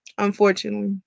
Unfortunately